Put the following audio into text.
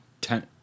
Ten